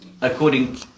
According